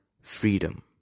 freedom